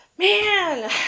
Man